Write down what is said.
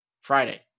Friday